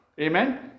Amen